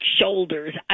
shoulders